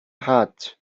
heart